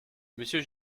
monsieur